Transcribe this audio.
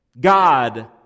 God